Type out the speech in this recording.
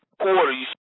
quarter